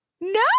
No